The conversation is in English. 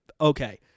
okay